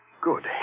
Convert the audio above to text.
Good